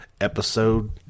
episode